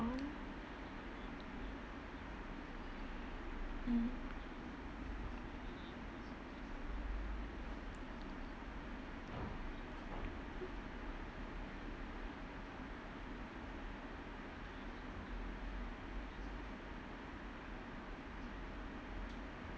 on mm